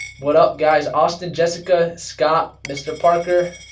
what up guys, austin jessica scott mr. parker?